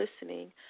listening